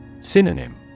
Synonym